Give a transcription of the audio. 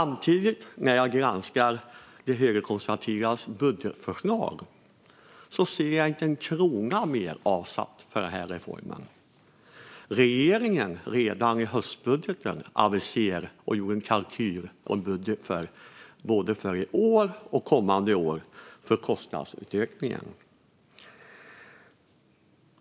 Men när jag granskar de högerkonservativas budgetförslag ser jag inte en krona mer avsatt för denna reform. Regeringen gjorde redan i höstbudgeten en kalkyl och en budget både för i år och för kommande år för kostnadsökningen.